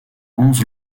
onze